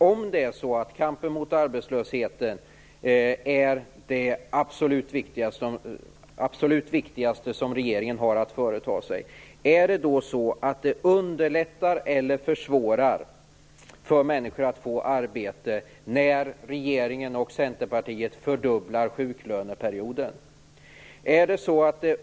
Om kampen mot arbetslösheten är det absolut viktigaste som regeringen har att företa sig är mina frågor till Reynoldh Furustrand följande: Underlättar eller försvårar det för människor att få arbete när regeringen och Centerpartiet fördubblar sjuklöneperioden?